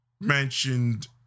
mentioned